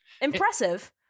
Impressive